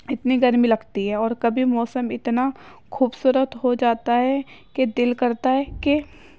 اتنی گرمی لگتی ہے اور کبھی موسم اتنا خوبصورت ہو جاتا ہے کہ دل کرتا ہے کہ